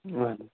اَہَن